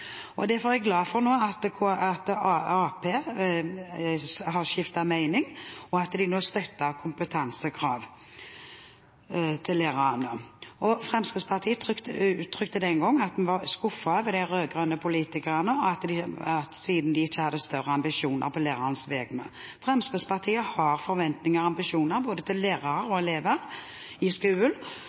trinn. Derfor er jeg glad for at Arbeiderpartiet nå har skiftet mening, og at de nå støtter kompetansekrav til lærerne. Fremskrittspartiet uttrykte den gang at vi var skuffet over at de rød-grønne politikerne ikke hadde større ambisjoner på lærernes vegne. Fremskrittspartiet har ambisjoner og forventninger til både lærere og elever i